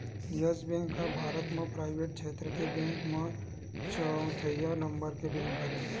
yes Bank ह भारत म private छेत्र के बेंक म चउथइया नंबर के बेंक हरय